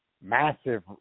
massive